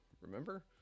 remember